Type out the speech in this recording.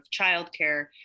childcare